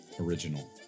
Original